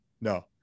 no